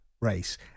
race